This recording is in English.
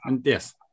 Yes